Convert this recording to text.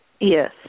Yes